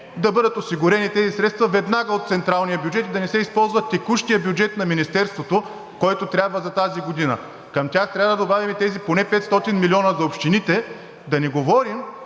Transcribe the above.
да бъдат осигурени тези средства веднага от централния бюджет и да не се използва текущият бюджет на Министерството, който трябва за тази година. Към тях трябва да добавим и тези поне 500 милиона за общините. Да не говорим,